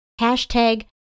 Hashtag